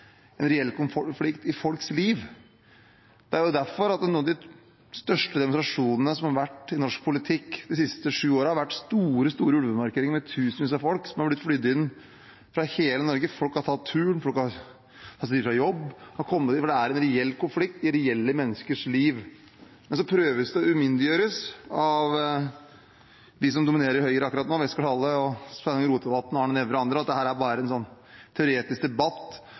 i folks liv. Det er derfor noen av de største demonstrasjonene som har vært i norsk politikk de siste sju årene, har vært store, store ulvemarkeringer med tusenvis av folk som har blitt flydd inn fra hele Norge. Folk har tatt turen, folk har tatt fri fra jobb, fordi det er en reell konflikt i reelle menneskers liv. Så prøves de umyndiggjort av dem som dominerer Høyre akkurat nå, av Westgaard-Halle, og Sveinung Rotevatn, Arne Nævra og andre, med at dette bare er en teoretisk debatt